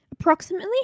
Approximately